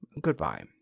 Goodbye